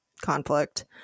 conflict